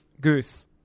Goose